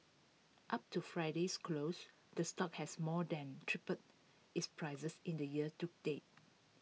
up to Friday's close the stock has more than tripled its prices in the year to date